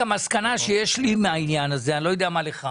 המסקנה שיש לי מן העניין הזה אני לא יודע מה המסקנה שלך